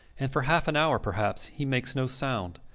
and for half an hour perhaps he makes no sound,